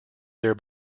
their